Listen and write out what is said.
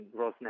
rosneft